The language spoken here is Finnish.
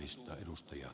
arvoisa puhemies